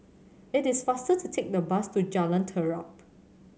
it is faster to take the bus to Jalan Terap